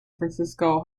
francisco